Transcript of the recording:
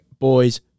boys